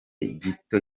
gito